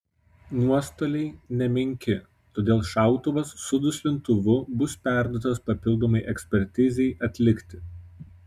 nuostoliai nemenki todėl šautuvas su duslintuvu bus perduotas papildomai ekspertizei atlikti